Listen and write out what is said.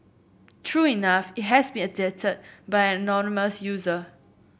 true enough it has been edited by an anonymous user